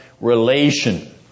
relation